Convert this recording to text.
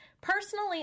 Personally